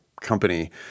company